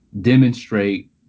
demonstrate